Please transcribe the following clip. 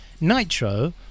Nitro